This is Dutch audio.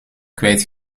kwijt